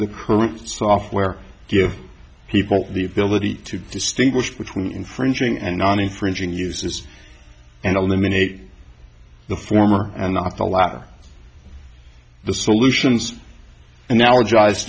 the current software give people the ability to distinguish between infringing and non infringing uses and eliminate the former and not the latter the solutions an